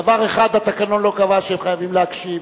דבר אחד התקנון לא קבע, שהם חייבים להקשיב.